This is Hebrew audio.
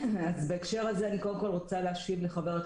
בהקשר הזה אני קודם כל רוצה להשיב לח"כ